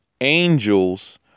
angels